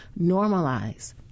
normalize